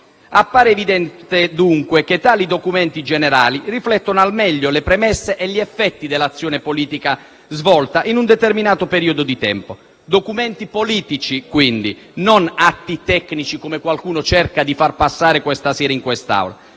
Appare evidente, dunque, che tali documenti generali riflettono al meglio le premesse e gli effetti dell'azione politica svolta in un determinato periodo di tempo; documenti politici, quindi, non atti tecnici, come qualcuno cerca di farli passare questa sera in questa